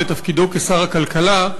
בתפקידו כשר הכלכלה,